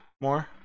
more